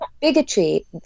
bigotry